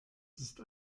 ist